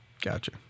Gotcha